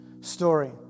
story